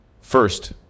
first